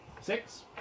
six